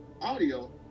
audio